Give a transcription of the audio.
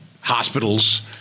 hospitals